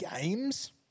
games